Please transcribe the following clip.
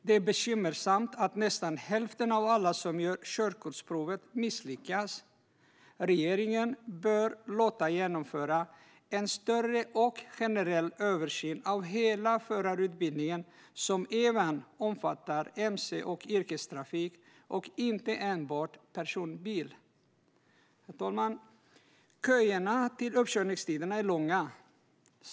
Det är bekymmersamt att nästan hälften av alla som gör körkortsprovet misslyckas. Regeringen bör låta genomföra en större och generell översyn av hela förarutbildningen som även omfattar mc och yrkestrafik och inte enbart personbil. Herr talman! Köerna till uppkörningstiderna är långa.